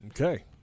Okay